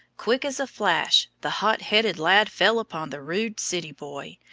quick as a flash, the hot-headed lad fell upon the rude city boy,